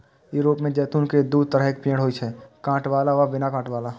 Europe मे जैतून के दू तरहक पेड़ होइ छै, कांट बला आ बिना कांट बला